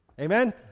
Amen